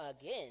again